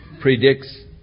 predicts